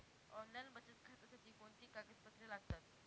Online बचत खात्यासाठी कोणती कागदपत्रे लागतात?